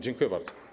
Dziękuję bardzo.